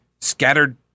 scattered